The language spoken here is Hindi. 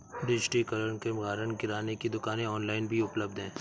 डिजिटलीकरण के कारण किराने की दुकानें ऑनलाइन भी उपलब्ध है